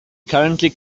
currently